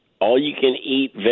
all-you-can-eat